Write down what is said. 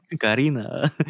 Karina